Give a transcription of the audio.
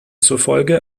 zufolge